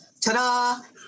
ta-da